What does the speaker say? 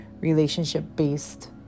relationship-based